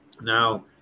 Now